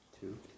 Two